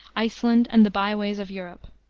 iceland and the by-ways of europe.